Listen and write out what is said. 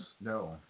No